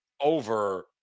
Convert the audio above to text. over